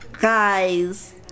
Guys